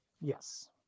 Yes